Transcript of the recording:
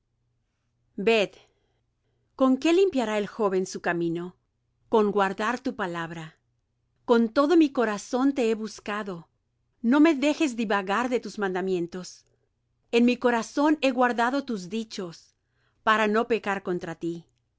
con qué limpiará el joven su camino con guardar tu palabra con todo mi corazón te he buscado no me dejes divagar de tus mandamientos en mi corazón he guardado tus dichos para no pecar contra ti